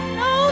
no